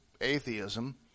atheism